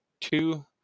two –